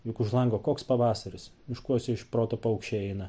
juk už lango koks pavasaris miškuose iš proto paukščiai eina